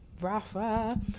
Rafa